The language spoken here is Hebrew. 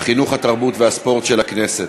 החינוך, התרבות והספורט של הכנסת.